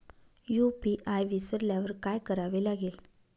UPI विसरल्यावर काय करावे लागेल?